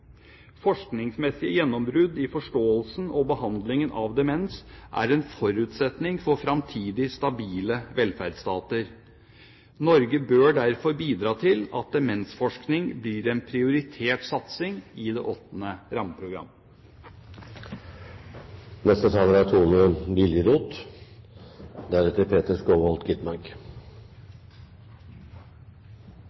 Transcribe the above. Forskningsmessige gjennombrudd i forståelsen og behandlingen av demens er en forutsetning for fremtidige stabile velferdsstater. Norge bør derfor bidra til at demensforskning blir en prioritert satsing i det 8. rammeprogram.